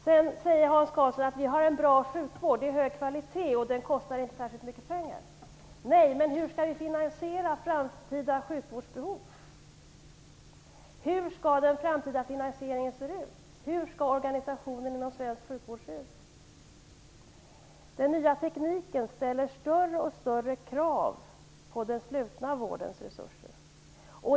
Hans Karlsson säger att vi har en bra sjukvård av hög kvalitet och att den inte kostar särskilt mycket pengar. Nej, men hur skall vi finansiera framtida sjukvårdsbehov? Hur skall den framtida finansieringen se ut? Hur skall organisationen för svensk sjukvård se ut? Den nya tekniken ställer allt större krav på den slutna vårdens resurser.